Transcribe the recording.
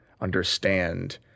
understand